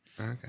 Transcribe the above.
okay